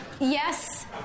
Yes